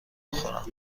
بخورم